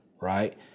right